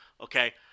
Okay